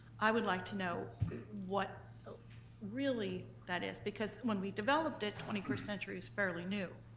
i would like to know what really that is. because, when we developed it, twenty first century was fairly new.